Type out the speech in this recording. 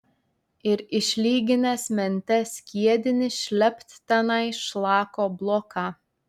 ir išlyginęs mente skiedinį šlept tenai šlako bloką